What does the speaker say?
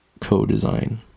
co-design